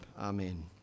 Amen